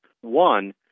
one